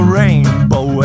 rainbow